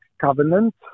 covenant